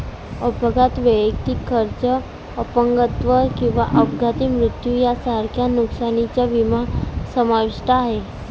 अपघात, वैद्यकीय खर्च, अपंगत्व किंवा अपघाती मृत्यू यांसारख्या नुकसानीचा विमा समाविष्ट आहे